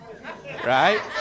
Right